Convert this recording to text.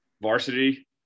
varsity